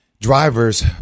drivers